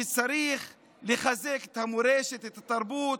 שצריך לחזק את המורשת, את התרבות.